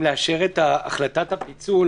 נתחיל קודם מבחינה פרוצדורלית אם לאשר את החלטת הפיצול,